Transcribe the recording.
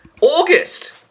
August